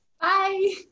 Bye